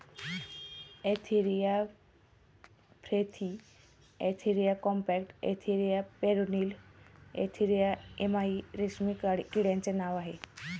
Antheraea frithi Antheraea compta Antheraea pernyi Antheraea yamamai रेशीम किड्याचे नाव आहे